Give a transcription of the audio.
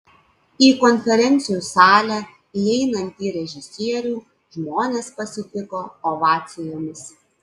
į konferencijų salę įeinantį režisierių žmonės pasitiko ovacijomis